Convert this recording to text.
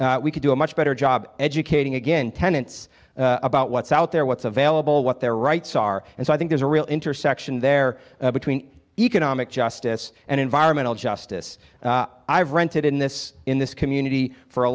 level we could do a much better job educating again tenants about what's out there what's available what their rights are and so i think there's a real intersection there between economic justice and environmental justice i've rented in this in this community for a